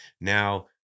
Now